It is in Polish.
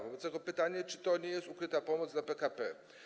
Wobec tego pytanie: Czy to nie jest ukryta pomoc dla PKP?